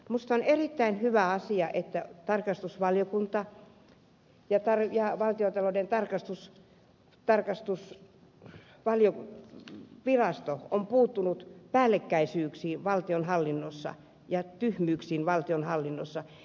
minusta on erittäin hyvä asia että tarkastusvaliokunta epäröiviä valtioita joiden tarkastus tarkastus ja valtiontalouden tarkastusvirasto ovat puuttuneet päällekkäisyyksiin ja tyhmyyksiin valtionhallinnossa